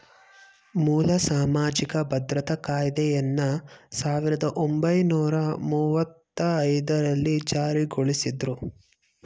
ಮೂಲ ಸಾಮಾಜಿಕ ಭದ್ರತಾ ಕಾಯ್ದೆಯನ್ನ ಸಾವಿರದ ಒಂಬೈನೂರ ಮುವ್ವತ್ತಐದು ರಲ್ಲಿ ಜಾರಿಗೊಳಿಸಿದ್ರು